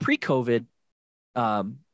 pre-COVID